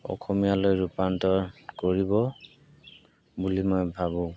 অসমীয়ালৈ ৰূপান্ত কৰিব বুলি মই ভাবোঁ